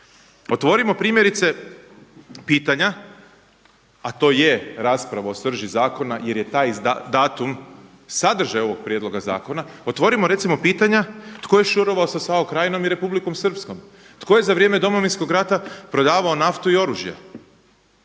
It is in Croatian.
Otvorimo primjerice pitanja, a to je rasprava o srži zakona jer je taj datum sadržaj ovog Prijedloga zakona, otvorimo recimo pitanja, tko je šurovao sa SAO krajinom i republikom srpskom? Tko je za vrijeme Domovinskog rata prodavao naftu i oružje?